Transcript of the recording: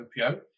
OPO